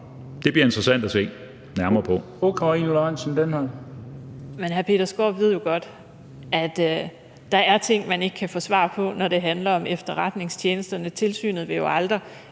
Karina Lorentzen Dehnhardt (SF): Men hr. Peter Skaarup ved jo godt, at der er ting, man ikke kan få svar på, når det handler om efterretningstjenesterne. Tilsynet vil jo aldrig